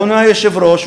אדוני היושב-ראש,